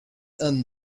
and